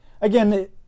again